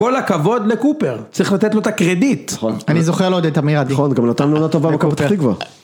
כל הכבוד לקופר, צריך לתת לו את הקרדיט. נכון, אני זוכר לו את תמיר עדי. נכון, גם נתן עונה טובה בפתח תקווה.